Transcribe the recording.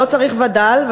ולא צריך וד"ל,